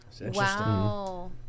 Wow